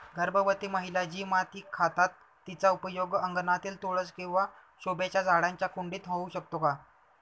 गर्भवती महिला जी माती खातात तिचा उपयोग अंगणातील तुळस किंवा शोभेच्या झाडांच्या कुंडीत होऊ शकतो का?